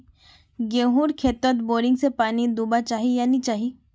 गेँहूर खेतोत बोरिंग से पानी दुबा चही या नी चही?